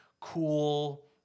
cool